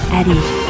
Eddie